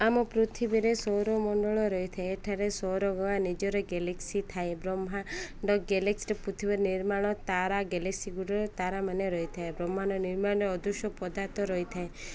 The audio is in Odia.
ଆମ ପୃଥିବୀରେ ସୌରମଣ୍ଡଳ ରହିଥାଏ ଏଠାରେ ସୌର ନିଜର ଗ୍ୟାଲେକ୍ସି ଥାଏ ବ୍ରହ୍ମାଣ୍ଡ ଗ୍ୟାଲେକ୍ସିରେ ପୃଥିବୀରେ ନିର୍ମାଣ ତାରା ଗ୍ୟାଲେକ୍ସିଗୁଡ଼ିକରେ ତାରାମାନେ ରହିଥାଏ ବ୍ରହ୍ମାଣ୍ଡ ନିର୍ମାଣରେ ଅଦୃଶ୍ୟ ପଦାର୍ଥ ରହିଥାଏ